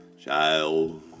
child